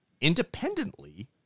independently